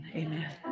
amen